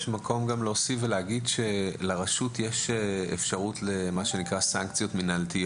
לרשות יש אפשרות לסנקציות מינהליות.